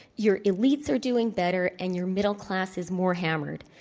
your elites are doing better and your middle class is more hammered.